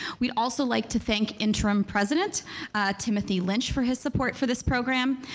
we'd also like to thank interim president timothy lynch for his support for this program.